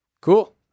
Cool